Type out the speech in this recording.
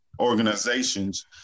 organizations